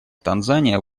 танзания